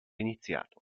iniziato